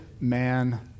man